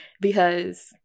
because-